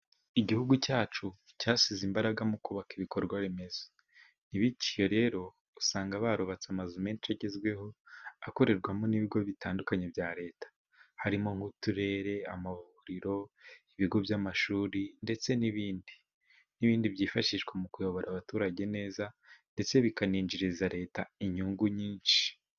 Igihugu cyacu cyasize imbaraga mu kubaka ibikorwa remezo, bityo rero usanga barubatse amazu menshi agezweho, akorerwamo n'ibigo bitandukanye bya leta: harimo n'uturere, amuriro, ibigo by'amashuri ndetse n'ibindi, n'ibindi byifashishwa mu kuyobora abaturage neza ndetse bikaninjiriza leta inyungu nyinshi.